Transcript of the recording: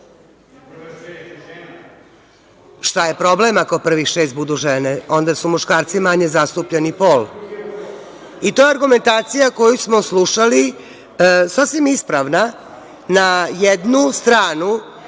Šta je problem ako prvih šest budu žene? Onda su muškarci manje zastupljeni pol. I to je argumentacija koju smo slušali, sasvim ispravna, na jednu stranu